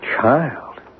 Child